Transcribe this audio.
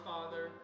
Father